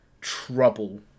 trouble